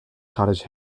cottage